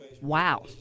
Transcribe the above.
Wow